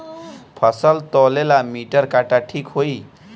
फसल तौले ला मिटर काटा ठिक होही?